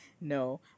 no